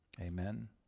Amen